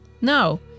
No